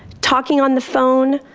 talking on the phone,